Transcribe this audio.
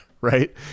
right